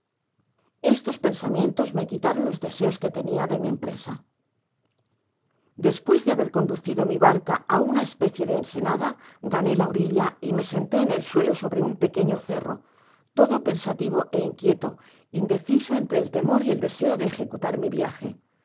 estos pensamientos me quitaron los deseos que tenia de mí empresa despues de haber conducido mi barca á una especie de ensenada gané la orilla y me senté en el suelo sobre un pequeño cerro todo pensativo é inquieto indeciso en tre el temor y el deseo de ejecutar mi viaje por